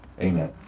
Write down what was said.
amen